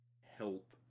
help